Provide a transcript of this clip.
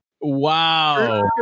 Wow